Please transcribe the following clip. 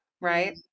right